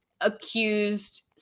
accused